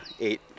eight